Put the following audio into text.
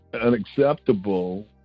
unacceptable